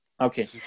Okay